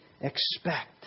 expect